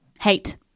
hate